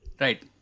Right